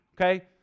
okay